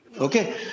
Okay